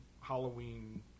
Halloween